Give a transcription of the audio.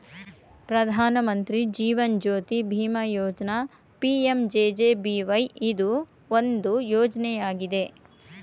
ಪ್ರಧಾನ ಮಂತ್ರಿ ಜೀವನ್ ಜ್ಯೋತಿ ಬಿಮಾ ಯೋಜ್ನ ಪಿ.ಎಂ.ಜೆ.ಜೆ.ಬಿ.ವೈ ಇದು ಒಂದು ಯೋಜ್ನಯಾಗಿದೆ